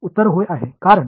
उत्तर होय आहे कारण